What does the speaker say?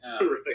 Right